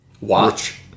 watch